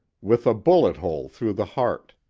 with a bullet hole through the heart.